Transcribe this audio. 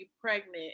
pregnant